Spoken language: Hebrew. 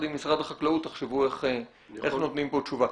עם משרד החקלאות תחשבו איך נותנים פה תשובה.